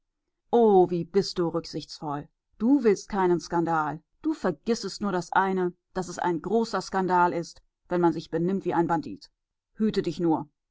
oh wie bist du rücksichtsvoll du willst keinen skandal du vergissest nur das eine daß es ein großer skandal ist wenn man sich benimmt wie ein bandit hüte dich nur